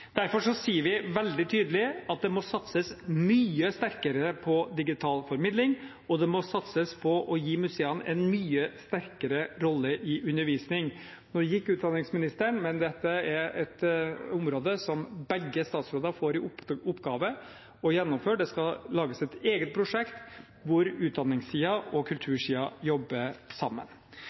Derfor sier vi veldig tydelig at det må satses mye sterkere på digital formidling, og det må satses på å gi museene en mye sterkere rolle i undervisning. Nå gikk utdanningsministeren, men dette er et område som begge statsrådene får i oppgave å gjennomføre. Det skal lages et eget prosjekt, der utdanningssiden og kultursiden jobber sammen.